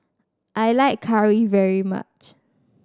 I like curry very much